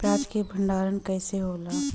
प्याज के भंडारन कइसे होला?